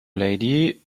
lady